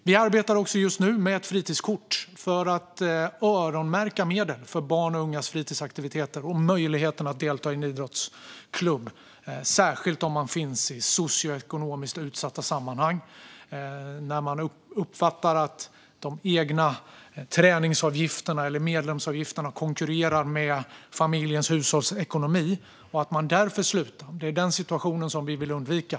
Vi arbetar just nu också med ett fritidskort för att öronmärka medel för barns och ungas fritidsaktiviteter och möjligheter att delta i en idrottsklubb, särskilt när de återfinns i socioekonomiskt utsatta sammanhang och uppfattar att de egna träningsavgifterna eller medlemsavgifterna konkurrerar med familjens hushållsekonomi och att de därför slutar. Det är denna situation vi vill undvika.